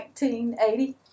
1980